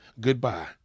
Goodbye